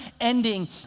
ending